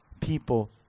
people